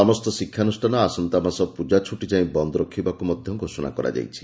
ସମସ୍ତ ଶିକ୍ଷାନୁଷ୍ଠାନ ଆସନ୍ତା ମାସ ପ୍ରଜାଛ୍ରଟି ଯାଏଁ ବନ୍ଦ ରହିବାକୁ ମଧ ଘୋଷଣା କରାଯାଇଛି